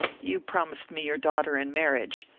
you promised me your daughter in marriage,